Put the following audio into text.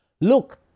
Look